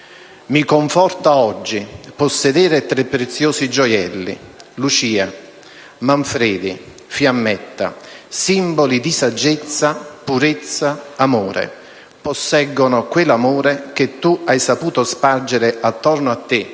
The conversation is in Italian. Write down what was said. Mi conforta oggi possedere tre preziosi gioielli: Lucia, Manfredi, Fiammetta; simboli di saggezza, purezza, amore, posseggono quell'amore che tu hai saputo spargere attorno a te,